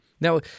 Now